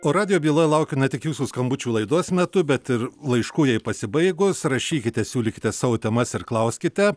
o radijo byla laukia ne tik jūsų skambučių laidos metu bet ir laiškų jai pasibaigus rašykite siūlykite savo temas ir klauskite